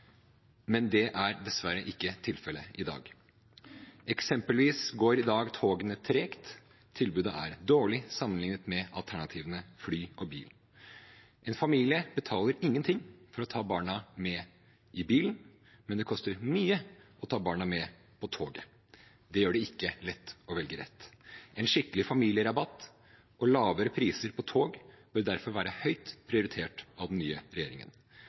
men det er dessverre ikke tilfellet i dag. Eksempelvis går i dag togene tregt. Tilbudet er dårlig sammenlignet med alternativene fly og bil. En familie betaler ingenting for å ta barna med i bilen, men det koster mye å ta barna med på toget. Det gjør det ikke lett å velge rett. En skikkelig familierabatt og lavere priser på tog bør derfor være høyt prioritert av den nye regjeringen.